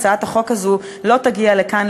הצעת החוק הזאת לא תגיע לכאן,